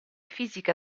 fisica